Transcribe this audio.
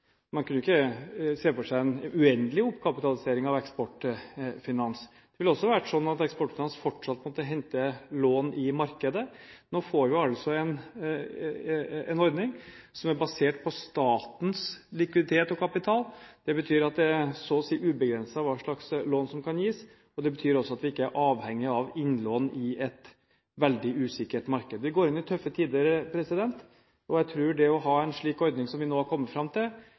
Eksportfinans fortsatt måtte hente lån i markedet. Nå får vi altså en ordning som er basert på statens likviditet og kapital. Det betyr at det så å si er ubegrenset hva slags lån som kan gis. Det betyr også at vi ikke er avhengig av innlån i et veldig usikkert marked. Vi går inn i tøffe tider, og jeg tror at en slik ordning som vi nå har kommet fram til,